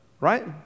right